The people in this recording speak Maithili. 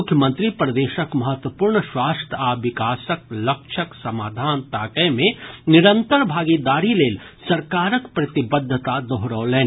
मुख्यमंत्री प्रदेशक महत्वपूर्ण स्वास्थ्य आ विकास लक्ष्यक समाधान ताकय मे निरंतर भागीदारी लेल सरकारक प्रतिबद्धता दोहरौलनि